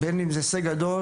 ובין אם זה הישג גדול,